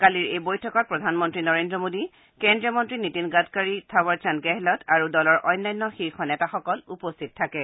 কালিৰ এই বৈঠকত প্ৰধানমন্ত্ৰী নৰেন্দ্ৰ মোদী কেন্দ্ৰীয় মন্ত্ৰী নীতিন গাদকাৰী থাৱৰ চান্দ গেহলট আৰু দলৰ অন্যান্য শীৰ্ষ নেতাসকল উপস্থিত থাকে